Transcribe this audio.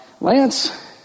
Lance